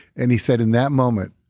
and he said in that moment,